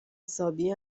حسابی